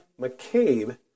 McCabe